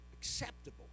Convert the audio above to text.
acceptable